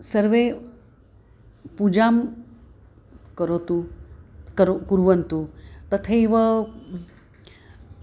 सर्वे पूजां करोतु करो कुर्वन्तु तथैव